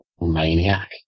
Maniac